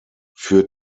für